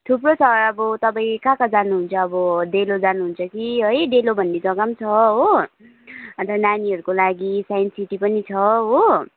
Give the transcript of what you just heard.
थुप्रो छ अब तपाईँ कहाँ कहाँ जानुहुन्छ अब डेलो जानुहुन्छ कि है डेलो भन्ने जग्गा पनि छ हो अन्त नानीहरूको लागि साइन्स सिटी पनि छ हो